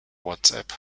whatsapp